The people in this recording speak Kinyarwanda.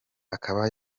akaba